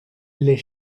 les